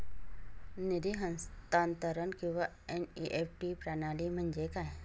निधी हस्तांतरण किंवा एन.ई.एफ.टी प्रणाली म्हणजे काय?